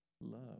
Love